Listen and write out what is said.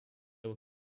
were